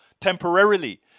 temporarily